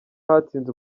hatsinze